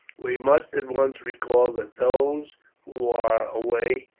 we must at once recall those who are away.